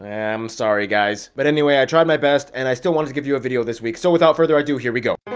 and i'm sorry guys. but anyway, i tried my best and i still want to give you a video this week so without further ado, here we go.